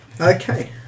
Okay